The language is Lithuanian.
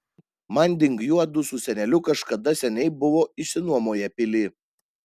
manding juodu su seneliu kažkada seniai buvo išsinuomoję pilį